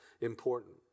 important